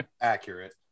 accurate